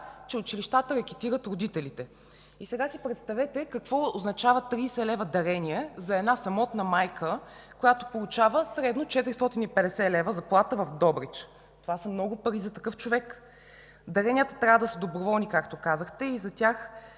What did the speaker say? че училищата рекетират родителите. И сега си представете какво означават 30 лв. дарение за една самотна майка, която получава средно 450 лв. заплата в Добрич. Това са много пари за такъв човек. Даренията трябва да са доброволни, както казахте, и за тях